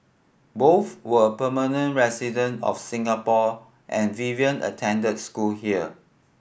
both were permanent resident of Singapore and Vivian attended school here